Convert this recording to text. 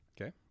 Okay